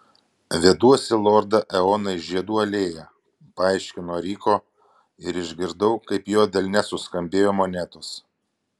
veduosi lordą eoną į žiedų alėją paaiškino ryko ir išgirdau kaip jo delne suskambėjo monetos